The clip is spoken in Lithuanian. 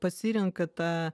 pasirenka tą